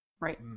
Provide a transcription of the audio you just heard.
Right